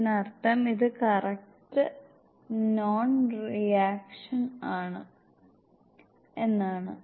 ഇതിനർത്ഥം ഇത് correct non reaction ആണ് എന്നാണ്